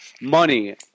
money